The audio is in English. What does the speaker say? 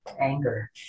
anger